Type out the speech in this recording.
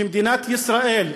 שמדינת ישראל,